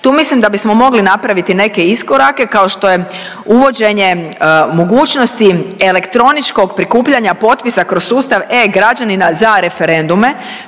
Tu mislim da bismo mogli napraviti neke iskorake, kao što je uvođenje mogućnosti elektroničkog prikupljanja potpisa kroz susta e-Građani za referendume